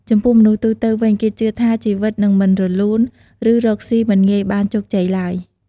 ចំពោះមនុស្សទូទៅវិញ គេជឿថា ជីវិតនឹងមិនរលូន ឬរកស៊ីមិនងាយបានជោគជ័យទ្បើយ។